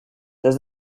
does